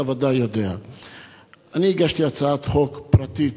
ואתה בוודאי יודע שאני הגשתי הצעת חוק פרטית,